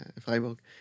Freiburg